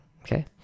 okay